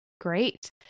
great